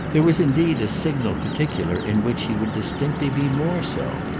there was indeed a signal particular in which he would distinctly be more so.